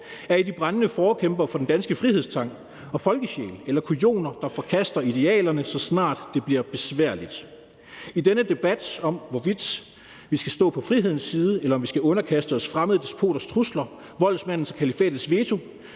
Er I de brændende forkæmpere for den danske frihedstrang og folkesjæl, eller er I kujoner, der forkaster idealerne, så snart det bliver besværligt? I denne debat om, hvorvidt vi skal stå på frihedens side, eller om vi skal underkaste os fremmede despoters trusler, voldsmandens og kalifatets veto,